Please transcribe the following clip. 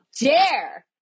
dare